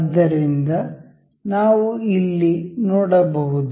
ಆದ್ದರಿಂದ ನಾವು ಇಲ್ಲಿ ನೋಡಬಹುದು